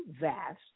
vast